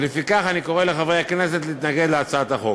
לפיכך, אני קורא לחברי הכנסת להתנגד להצעת החוק.